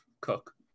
cook